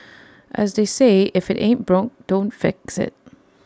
as they say if IT ain't broke don't fix IT